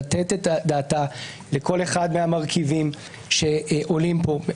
לתת את דעתה לכל אחד מהמרכיבים שעולים פה.